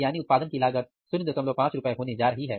यानी उत्पादन की लागत 05 रुपए होने जा रही है